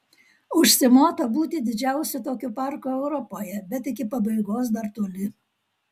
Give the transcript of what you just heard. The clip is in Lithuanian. užsimota būti didžiausiu tokiu parku europoje bet iki pabaigos dar toli